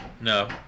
No